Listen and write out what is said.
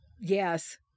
Yes